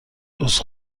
عذر